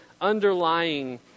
underlying